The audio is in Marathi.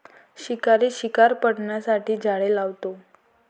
शिकारी शिकार पकडण्यासाठी जाळे लावतो